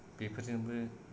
बेफोरजोंबो